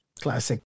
classic